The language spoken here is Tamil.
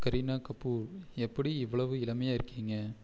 கரீனா கபூர் எப்படி இவ்வளவு இளமையாக இருக்கிங்க